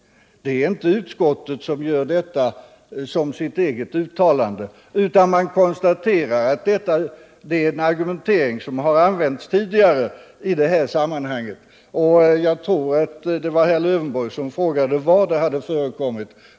Detta är inte utskottets eget uttalande, utan man konstaterar att det är en argumentering som använts tidigare i sammanhanget. Jag tror att det var Alf Lövenborg som frågade var uttalandet förekommit.